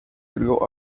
grew